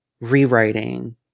rewriting